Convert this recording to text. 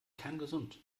kerngesund